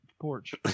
porch